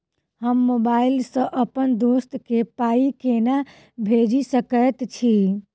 हम मोबाइल सअ अप्पन दोस्त केँ पाई केना भेजि सकैत छी?